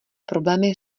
problémy